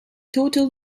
total